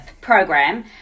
program